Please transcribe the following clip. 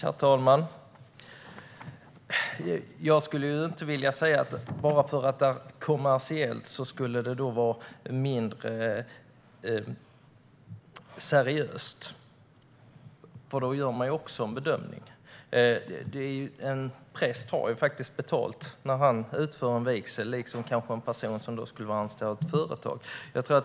Herr talman! Jag vill inte säga att bara för att det är kommersiellt är det mindre seriöst. Då gör man också en bedömning. En präst har faktiskt betalt när han utför en vigsel, liksom i så fall en person som är anställd av ett företag skulle ha.